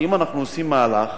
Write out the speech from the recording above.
כי אם אנחנו עושים מהלך